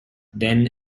then